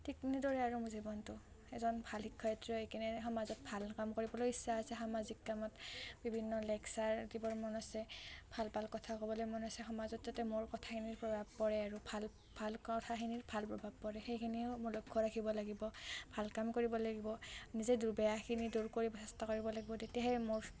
ঠিক তেনেদৰে আৰু মোৰ জীৱনটো এজন ভাল শিক্ষয়ত্ৰী হৈ কিনে সমাজত ভাল কাম কৰিবলৈ ইচ্ছা আছে সামাজিক কামত বিভিন্ন লেকচাৰ দিব মন আছে ভাল ভাল কথা ক'বলে মন আছে সমাজত যাতে মোৰ কথাখিনিৰ পৰা প্ৰভাৱ পৰে আৰু ভাল ভাল কথাখিনিৰ ভাল প্ৰভাৱ পৰে সেইখিনিও মই লক্ষ্য ৰাখিব লাগিব ভাল কাম কৰিব লাগিব নিজে বেয়াখিনি দূৰ কৰিব চেষ্টা কৰিব লাগিব তেতিয়াহে মোৰ